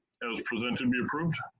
as presented be approved.